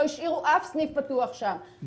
לא השאירו אף סניף פתוח שם.